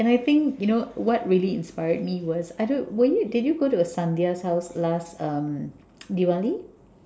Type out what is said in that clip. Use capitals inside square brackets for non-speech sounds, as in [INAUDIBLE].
and I think you know what really inspired me was I don't were you did you go to house last uh [NOISE] Diwali